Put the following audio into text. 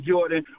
Jordan